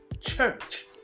church